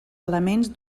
elements